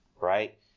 right